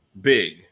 big